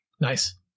Nice